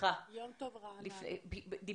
שזה